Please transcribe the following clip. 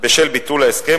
בשל ביטול ההסכם,